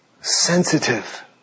sensitive